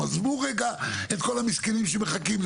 עזבו רגע את כל המסכנים שמחכים.